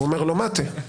והוא אומר לו: מטה.